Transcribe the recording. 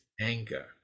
anger